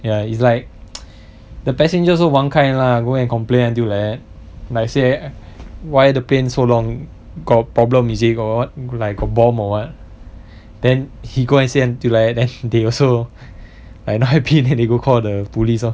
ya it's like the passengers also one kind lah go and complain until like that like I say why the plane so long got problem is it got like bomb or what then he go and say until like that then they also like not happy then they go call the police lor